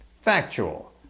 factual